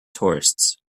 tourists